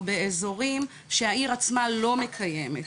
או באזורים שהעיר עצמה לא מקיימת,